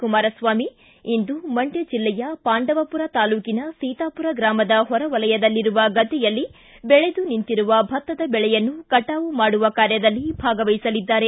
ಕುಮಾರಸ್ವಾಮಿ ಇಂದು ಮಂಡ್ಕ ಜಿಲ್ಲೆಯ ಪಾಂಡವಪುರ ತಾಲ್ಲೂಕಿನ ಸೀತಾಪುರ ಗ್ರಾಮದ ಹೊರಒಲಯದಲ್ಲಿರುವ ಗದ್ದೆಯಲ್ಲಿ ಬೆಳೆದು ನಿಂತಿರುವ ಭತ್ತದ ಬೆಳೆಯನ್ನು ಕಟಾವು ಮಾಡುವ ಕಾರ್ಯದಲ್ಲಿ ಭಾಗವಹಿಸಲಿದ್ದಾರೆ